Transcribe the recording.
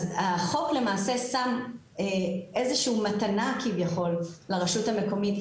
אז החוק למעשה שם איזה שהיא מתנה כביכול לרשות המקומית,